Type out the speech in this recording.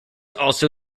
also